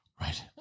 Right